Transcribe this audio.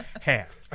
Half